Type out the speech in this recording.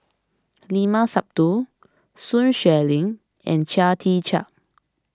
Limat Sabtu Sun Xueling and Chia Tee Chiak